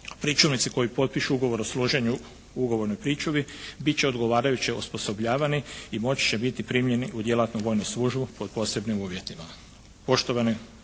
Pričuvnici koji potpišu ugovor o služenju o ugovornoj pričuvi bit će odgovarajuće osposobljavani i moći će biti primljeni u djelatnu vojnu službu pod posebnim uvjetima.